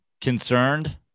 concerned